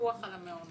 פיקוח על המעונות.